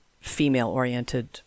female-oriented